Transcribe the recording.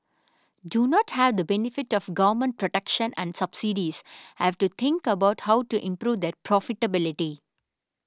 do not have the benefit of government protection and subsidies have to think about how to improve their profitability